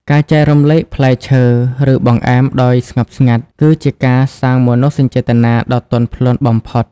ការចែករំលែកផ្លែឈើ ឬបង្អែមដោយស្ងប់ស្ងាត់ គឺជាការសាងមនោសញ្ចេតនាដ៏ទន់ភ្លន់បំផុត។